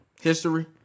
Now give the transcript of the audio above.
history